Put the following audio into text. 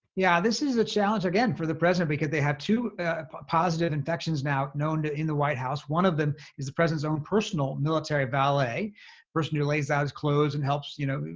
yeah. this is a challenge again for the president because they have two positive infections now known to in the white house. one of them is the president's own personal military valet. a person who lays out his clothes and helps, you know,